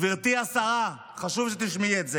גברתי השרה, חשוב שתשמעי את זה: